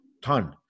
Ton